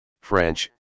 french